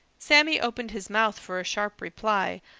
sammy opened his mouth for a sharp reply,